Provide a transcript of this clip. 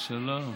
שלום,